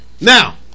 Now